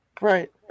Right